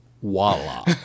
voila